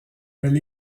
elle